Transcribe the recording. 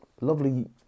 lovely